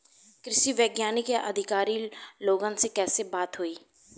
कृषि वैज्ञानिक या अधिकारी लोगन से कैसे बात होई?